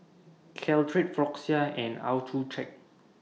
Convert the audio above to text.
Caltrate Floxia and Accucheck